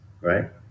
right